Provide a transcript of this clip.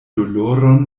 doloron